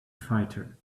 fighter